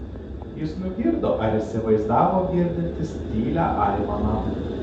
jis nugirdo ar įsivaizdavo girdintis tylią aimaną